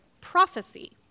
prophecy